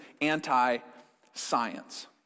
anti-science